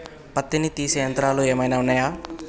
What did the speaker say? పత్తిని తీసే యంత్రాలు ఏమైనా ఉన్నయా?